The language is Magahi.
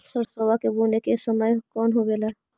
सरसोबा के बुने के कौन समय होबे ला?